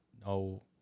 no